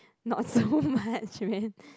not so much man